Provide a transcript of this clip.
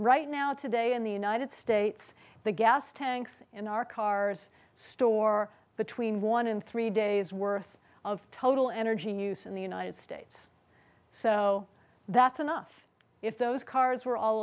right now today in the united states the gas tanks in our cars store between one in three days worth of total energy use in the united states so that's enough if those cars were all